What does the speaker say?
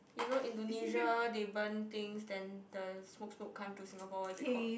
you know Indonesia they burn things then the smoke smoke come to Singapore what is is called